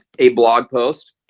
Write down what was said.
a blog post